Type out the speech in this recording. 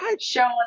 showing